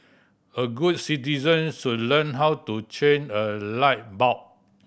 all good citizen should learn how to change a light bulb